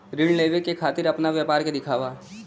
ऋण लेवे के खातिर अपना व्यापार के दिखावा?